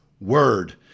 word